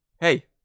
Hey